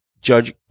Judge